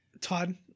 Todd